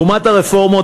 לעומת הרפורמות,